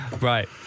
Right